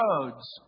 roads